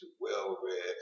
well-read